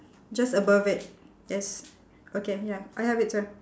just above it yes okay ya I have it too